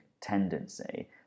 tendency